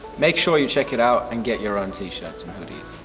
make sure you check it out and get your own t-shirts and hoodies.